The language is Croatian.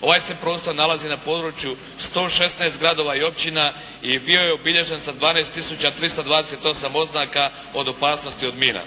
Ovaj se prostor nalazi na području 116 gradova i općina i bio je obilježen sa 12 tisuća 328 oznaka od opasnosti od mina.